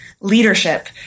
leadership